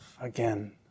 again